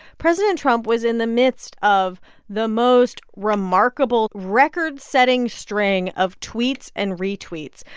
president trump was in the midst of the most remarkable record-setting string of tweets and retweets,